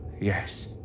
Yes